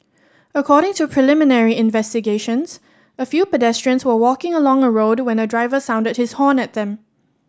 according to preliminary investigations a few pedestrians were walking along a road when a driver sounded his horn at them